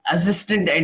Assistant